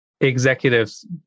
executives